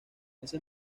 ese